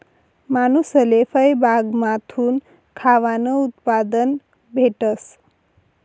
मानूसले फयबागमाथून खावानं उत्पादन भेटस